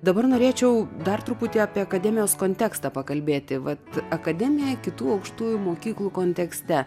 dabar norėčiau dar truputį apie akademijos kontekstą pakalbėti vat akademija kitų aukštųjų mokyklų kontekste